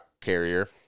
carrier